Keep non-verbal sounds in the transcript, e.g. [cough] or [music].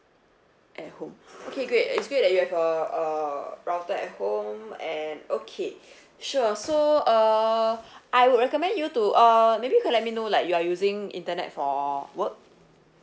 at home okay great it's great that you have a a router at home and okay [breath] sure so uh [breath] I will recommend you to uh maybe you can let me know like you're using internet for work